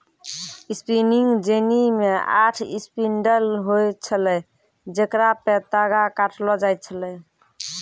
spinning jenny मे आठ spindle होय छलै जेकरा पे तागा काटलो जाय छलै